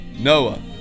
Noah